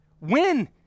Win